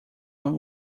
along